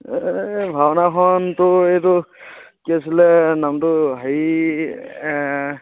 এ এই ভাওনাখন তোৰ এইটো কি আছিলে নামটো হেৰি